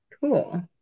Cool